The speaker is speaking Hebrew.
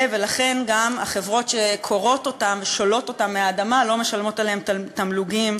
ולכן גם החברות שכורות אותם ודולות אותם מהאדמה לא משלמות עליהם תמלוגים.